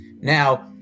Now